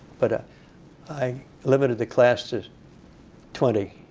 but i limited the class to twenty.